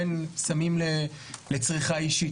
או לבין סמים לצריכה אישית,